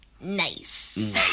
Nice